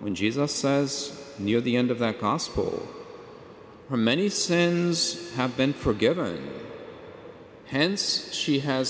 when jesus says near the end of that possible for many sens have been forgiven hence she has